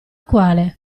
quale